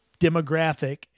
demographic